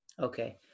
Okay